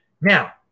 Now